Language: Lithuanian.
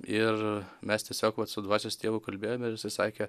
ir mes tiesiog vat su dvasios tėvu kalbėjom ir jisai sakė